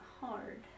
hard